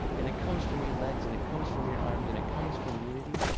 and it comes from your legs, and it comes from your arms, and it comes from unity.